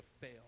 fail